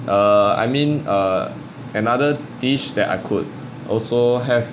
err I mean err another dish that I could also have